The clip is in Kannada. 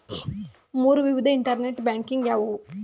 ಮೂರು ವಿಧದ ಇಂಟರ್ನೆಟ್ ಬ್ಯಾಂಕಿಂಗ್ ಯಾವುವು?